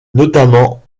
notamment